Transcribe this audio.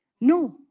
No